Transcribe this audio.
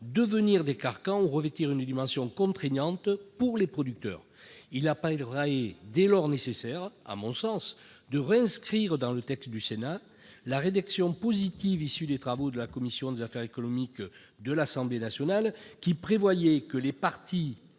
devenir des carcans ou revêtir une dimension contraignante pour les producteurs. Il paraît dès lors nécessaire de réinscrire dans le texte du Sénat la rédaction positive issue des travaux de la commission des affaires économiques de l'Assemblée nationale qui prévoyait que « les parties